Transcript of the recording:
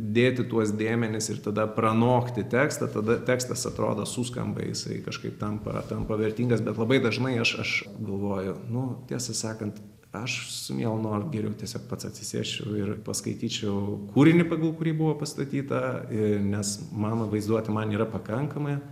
dėti tuos dėmenis ir tada pranokti tekstą tada tekstas atrodo suskamba tai jisai kažkaip tampa tampa vertingas bet labai dažnai aš aš galvoju nu tiesą sakant aš su mielu noru geriau tiesiog pats atsisėsčiau ir paskaityčiau kūrinį pagal kurį buvo pastatyta i nes mano vaizduotė man yra pakankamai